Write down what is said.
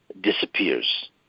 disappears